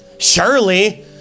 surely